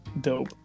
dope